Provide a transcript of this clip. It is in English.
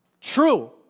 True